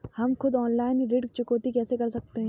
हम खुद ऑनलाइन ऋण चुकौती कैसे कर सकते हैं?